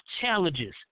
challenges